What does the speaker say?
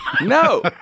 No